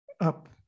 up